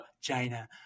China